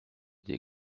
des